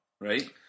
right